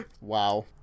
Wow